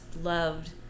loved